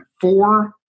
four